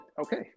okay